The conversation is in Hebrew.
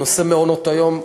נושא מעונות-היום,